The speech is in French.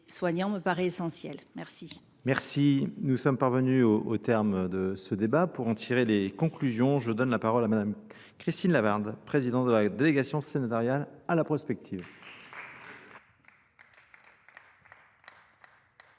soignants me paraît essentielle. Merci. Merci. Nous sommes parvenus au terme de ce débat. Pour en tirer les conclusions, je donne la parole à Mme Christine Lavarde, présidente de la délégation sénatariale à La Prospective.